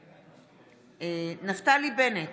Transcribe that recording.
בעד נפתלי בנט,